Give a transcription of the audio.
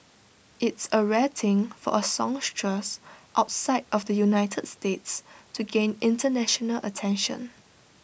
it's A rare thing for A songstress outside of the united states to gain International attention